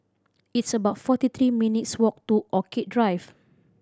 it's about forty three minutes' walk to Orchid Drive